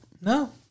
No